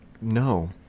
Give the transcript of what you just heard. no